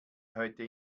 heute